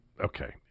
okay